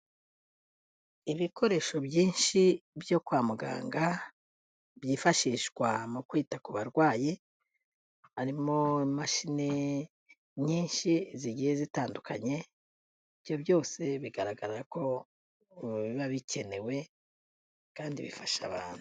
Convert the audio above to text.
Ibikoresho byinshi byo kwa muganga, byifashishwa mu kwita ku barwayi, harimo imashini nyinshi zigiye zitandukanye, ibyo byose bigaragara ko biba bikenewe kandi bifasha abantu.